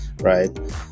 right